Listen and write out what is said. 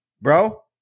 bro